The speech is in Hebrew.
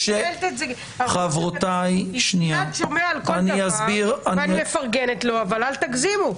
גלעד שומע כל דבר ואני מפרגנת לו, אבל אל תגזימו.